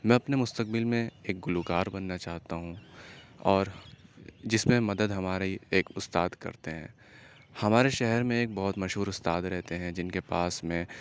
میں اپنے مستقبل میں ایک گلوکار بننا چاہتا ہوں اور جس میں مدد ہماری ایک استاد کرتے ہیں ہمارے شہر میں ایک بہت مشہور استاد رہتے ہیں جن کے پاس میں